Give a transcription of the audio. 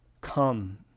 come